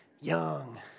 young